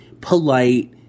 polite